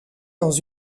dans